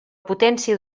potència